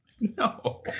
No